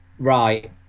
right